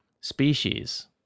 Species